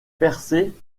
percée